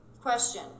Question